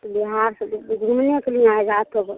बिहार से तो घूमने के लिए आए हैं रात को